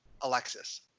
Alexis